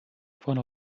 von